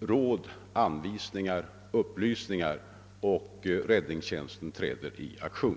de råd, anvisningar och upplysningar, som kan möjliggöra för räddningstjänsten att träda i aktion.